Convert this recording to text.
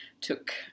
took